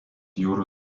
jūrų